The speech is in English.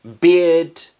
beard